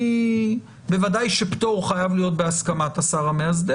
בוודאי שפטור חייב להיות בהסכמת השר המאסדר.